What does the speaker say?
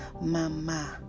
mama